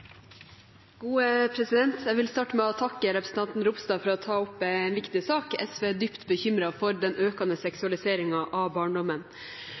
Jeg vil starte med å takke representanten Ropstad for å ta opp en viktig sak. SV er dypt bekymret for den økende seksualiseringen av barndommen.